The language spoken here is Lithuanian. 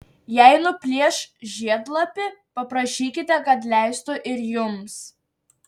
jei nuplėš žiedlapį paprašykite kad leistų ir jums